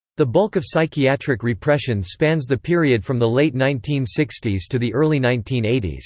the bulk of psychiatric repression spans the period from the late nineteen sixty s to the early nineteen eighty s.